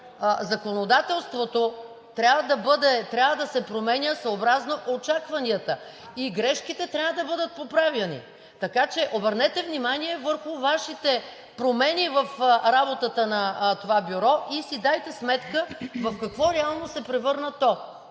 законодателството трябва да се променя съобразно очакванията и грешките трябва да бъдат поправяни. Така че обърнете внимание върху Вашите промени в работата на това бюро и си дайте сметка в какво реално се превърна то!